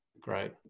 Great